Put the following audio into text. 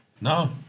No